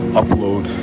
upload